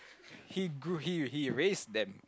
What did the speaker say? he grew he he raise them